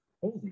Holy